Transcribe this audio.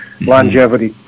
longevity